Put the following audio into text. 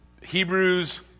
Hebrews